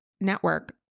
network